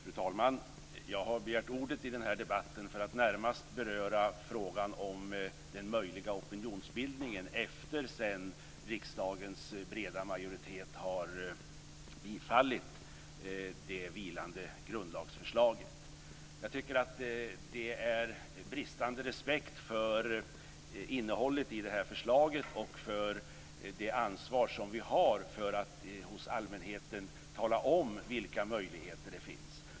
Fru talman! Jag har begärt ordet i den här debatten för att närmast beröra frågan om det är möjligt att bedriva opinionsbildning efter det att riksdagens breda majoritet har bifallit det vilande grundlagsförslaget. Jag tycker att det finns en bristande respekt för innehållet i förslaget och för det ansvar som vi har för att för allmänheten tala om vilka möjligheter det finns.